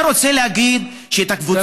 אני רוצה להגיד שאת הקבוצות,